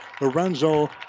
Lorenzo